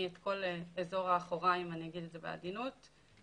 הם עושים מניפולציה עם הפה לכל דבר שהם רואים.